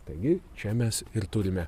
taigi čia mes ir turime